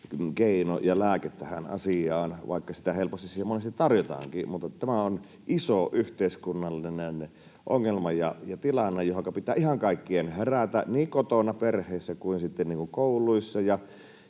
keino ja lääke tähän asiaan, vaikka sitä helposti siihen monesti tarjotaankin. Tämä on iso yhteiskunnallinen ongelma ja tilanne, johonka pitää ihan kaikkien herätä niin kotona, perheissä kuin sitten kouluissa